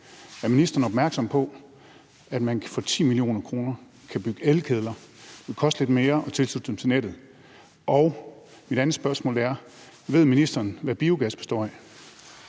Er ministeren opmærksom på, at man for 10 mio. kr. kan bygge elkedler, som koster lidt mere, og tilslutte dem til nettet. Mit andet spørgsmål er: Ved ministeren, hvad biogas består af?